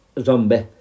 zombie